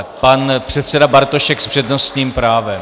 Pan předseda Bartošek s přednostním právem.